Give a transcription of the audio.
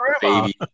baby